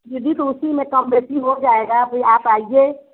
दीदी तो उसी में कम बेसी हो जाएगा फ़िर आप आइए